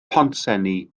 pontsenni